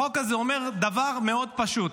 החוק הזה אומר דבר מאוד פשוט: